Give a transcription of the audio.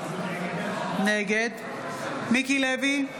נגד מיקי לוי,